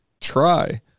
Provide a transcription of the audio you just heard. try